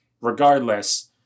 regardless